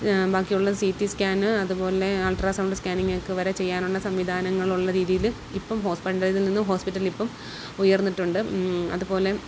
ബാക്കിയുള്ള C T scan അതുപോലെ ultrasound സ്കാനിങ്ങൊക്കെ വരെ ചെയ്യാനുള്ള സംവിധാനങ്ങളുള്ള രീതിയിൽ ഇപ്പം ഹോസ് ഫ്രാൻഡേജിൽ നിന്നു ഹോസ്പിറ്റലിപ്പം ഉയർന്നിട്ടുണ്ട് അതുപോലെ